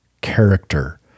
character